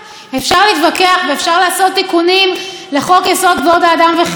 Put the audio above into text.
אפשר להתווכח ואפשר לעשות תיקונים לחוק-יסוד: כבוד האדם וחירותו